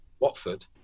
Watford